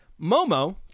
momo